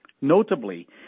Notably